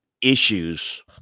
issues